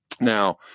Now